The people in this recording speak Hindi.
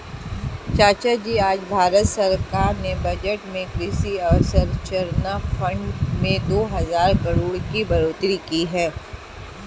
चाचाजी आज भारत सरकार ने बजट में कृषि अवसंरचना फंड में दो हजार करोड़ की बढ़ोतरी की है